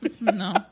no